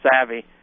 savvy